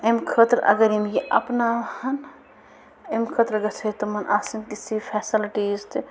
امہِ خٲطرٕ اگر یِم یہِ اپناوہن امہِ خٲطرٕ گَژھہے تِمن آسٕنۍ تِژھٕے فیسلٹیز تہِ